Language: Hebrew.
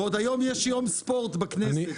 והיום יש יום ספורט בכנסת.